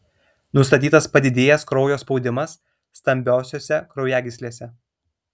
nustatytas padidėjęs kraujo spaudimas stambiosiose kraujagyslėse